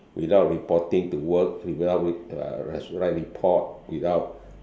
without reporting to work without with uh have to write report without